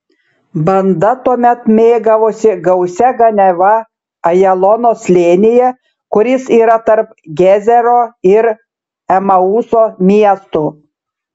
banda tuomet mėgavosi gausia ganiava ajalono slėnyje kuris yra tarp gezero ir emauso miestų